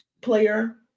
player